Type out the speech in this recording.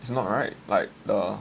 it's not right like the